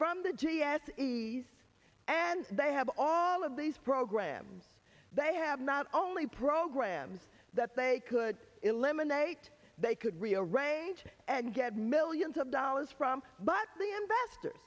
from the g s eighty's and they have all of these programs they have not only programs that they could eliminate they could rearrange and get millions of dollars from but the investors